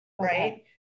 right